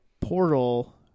portal